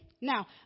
Now